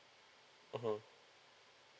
mmhmm